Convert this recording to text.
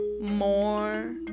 more